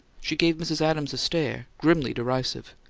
she gave mrs. adams a stare, grimly derisive,